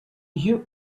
you